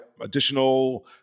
additional